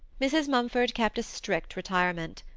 mrs. mumford kept a strict retirement.